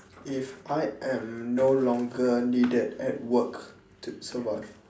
if I am no longer needed at work to so what